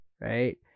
right